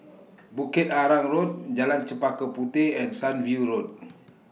Bukit Arang Road Jalan Chempaka Puteh and Sunview Road